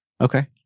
Okay